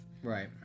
Right